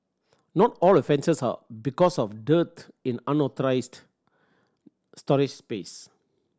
not all offences are because of dearth in authorised storage space